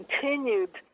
continued